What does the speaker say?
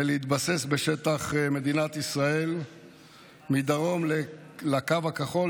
ולהתבסס בשטח מדינת ישראל מדרום לקו הכחול,